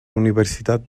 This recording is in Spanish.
universidad